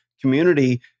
community